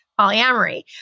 polyamory